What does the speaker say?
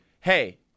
hey